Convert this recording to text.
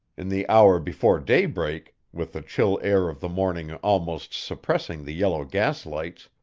in the hour before daybreak, with the chill air of the morning almost suppressing the yellow gaslights,